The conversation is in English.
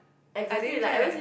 I didn't care